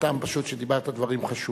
מהטעם הפשוט, שדיברת דברים חשובים.